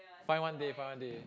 find one day find one day